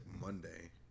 Monday